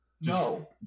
No